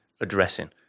addressing